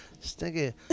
stinky